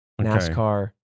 NASCAR